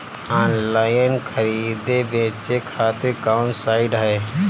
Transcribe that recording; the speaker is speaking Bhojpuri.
आनलाइन खरीदे बेचे खातिर कवन साइड ह?